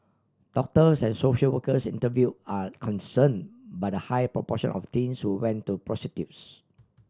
doctors and social workers interview are concern by the high proportion of teens who went to prostitutes